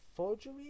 Forgery